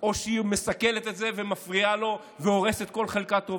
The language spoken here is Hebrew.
או שהיא מסכלת את זה ומפריעה לו והורסת כל חלקה טובה.